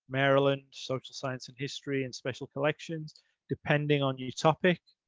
maryland, social science and history and special collections depending on your topic.